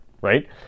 right